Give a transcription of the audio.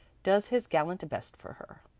does his gallant best for her.